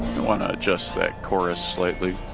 want to adjust that chorus slightly